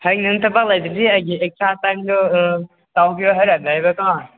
ꯍꯌꯦꯡ ꯅꯪ ꯊꯕꯛ ꯂꯩꯇ꯭ꯔꯗꯤ ꯑꯩꯒꯤ ꯑꯦꯛꯁꯇ꯭ꯔꯥ ꯇꯥꯏꯝꯗꯨ ꯇꯧꯒꯦꯔꯥ ꯍꯥꯏꯅ ꯂꯩꯕꯀꯣ